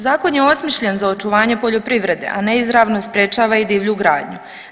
Zakon je osmišljen za očuvanje poljoprivrede, a ne izravno i sprječava i divlju gradnju.